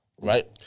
right